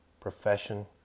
profession